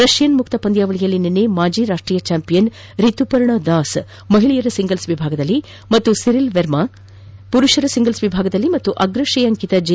Russian ಮುಕ್ತ ಪಂದ್ಯಾವಳಿಯಲ್ಲಿ ನಿನ್ನೆ ಮಾಜಿ ರಾಷ್ಟೀಯ ಚಾಂಪಿಯನ್ ಋತುಪರ್ಣದಾಸ್ ಮಹಿಳಿಯರ ಸಿಂಗಲ್ಪ್ ವಿಭಾಗದಲ್ಲಿ ಹಾಗೂ ಸಿರಿಲ್ ವೆರ್ಮ ಪುರುಷರ ಸಿಂಗಲ್ಪ್ ವಿಭಾಗದಲ್ಲಿ ಮತ್ತು ಅಗ್ರ ಶ್ರೇಯಾಂಕಿತ ಜೆ